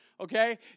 okay